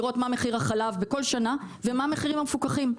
לראות מה מחיר החלב בכל שנה ומה המחירים המפוקחים.